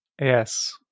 yes